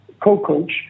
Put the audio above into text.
co-coach